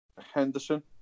Henderson